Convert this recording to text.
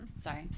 Sorry